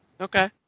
Okay